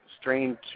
strange